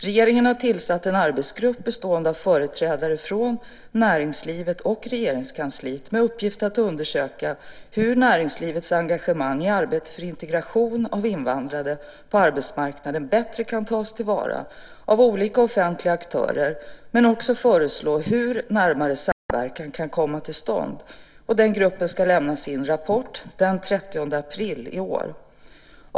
Regeringen har tillsatt en arbetsgrupp bestående av företrädare från näringslivet och Regeringskansliet med uppgift att undersöka hur näringslivets engagemang i arbetet för integration av invandrare på arbetsmarknaden bättre kan tas till vara av olika offentliga aktörer men också föreslå hur närmare samverkan kan komma till stånd. Den gruppen ska lämna sin rapport den 30 april i år.